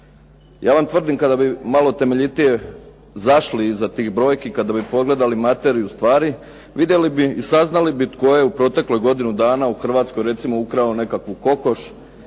Ja vam tvrdim kada bi malo temeljitije zašli iza tih brojki, kada bi pogledali materiju stvari vidjeli bi, saznali bi tko je u protekloj godini dana u Hrvatskoj recimo ukrao nekakvu kokoš